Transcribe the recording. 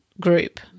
group